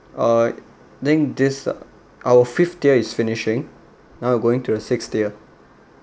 alright I think these uh our fifth tier is finishing now we going to the sixth tier